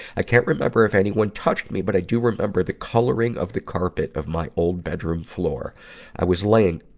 i can't remember if anyone touched me, but i do remember the coloring of the carpet of my old bedroom floor i was laying